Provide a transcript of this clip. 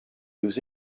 nos